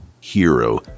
Hero